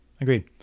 Agreed